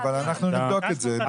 אבל אנחנו נבדוק את זה משפטית.